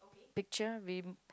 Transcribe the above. picture with